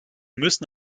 müssen